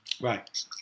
Right